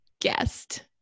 guest